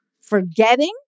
Forgetting